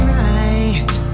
right